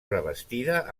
revestida